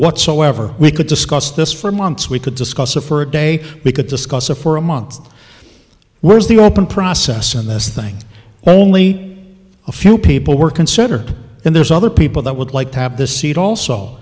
whatsoever we could discuss this for months we could discuss a fur day we could discuss a for a month where is the open process and this thing only a few people were considered and there's other people that would like to have the seat also